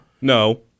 No